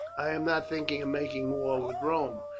i am not thinking of making war with rome.